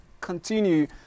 continue